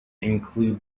include